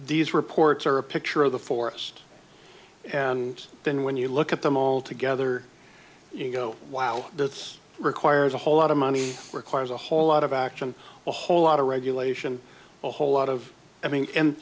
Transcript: these reports are a picture of the forest and then when you look at them all together you go wow that's requires a whole lot of money requires a whole lot of action a whole lot of regulation a whole lot of i mean and